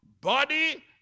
body